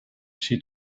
she